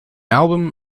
album